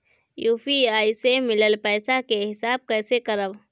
UPI से मिलल पईसा के हिसाब कइसे करब?